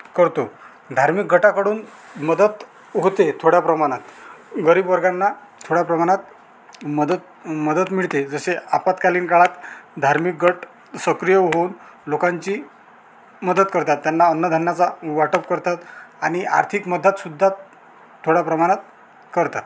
करतो धार्मिक गटाकडून मदत होते थोड्या प्रमाणात गरीब वर्गांना थोड्या प्रमाणात मदत मदत मिळते जसे आपत्कालीन काळात धार्मिक गट सक्रीय होऊन लोकांची मदत करतात त्यांना अन्नधान्याचे वाटप करतात आणि आर्थिक मदतसुद्धा थोड्या प्रमाणात करतात